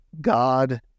God